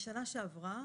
בשנה שעברה